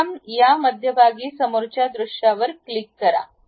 प्रथम या मध्यभागी समोरच्या दृश्यावर क्लिक करा